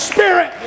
Spirit